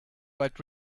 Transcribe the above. but